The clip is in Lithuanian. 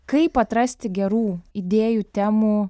kaip atrasti gerų idėjų temų